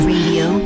Radio